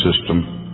system